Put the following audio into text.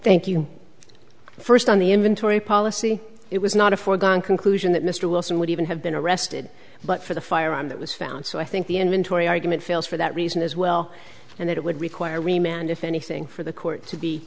thank you first on the inventory policy it was not a foregone conclusion that mr wilson would even have been arrested but for the firearm that was found so i think the inventory argument fails for that reason as well and it would require we man if anything for the court to be